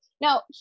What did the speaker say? Now